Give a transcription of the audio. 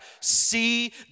see